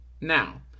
Now